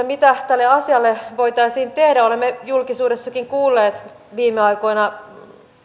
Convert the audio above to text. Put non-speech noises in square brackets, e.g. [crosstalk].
[unintelligible] mitä tälle asialle voitaisiin tehdä olemme julkisuudessakin kuulleet viime aikoina